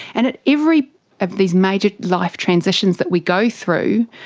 and at every of these major life transitions that we go through,